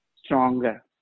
stronger